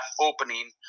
opening